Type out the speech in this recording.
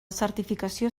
certificació